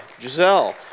Giselle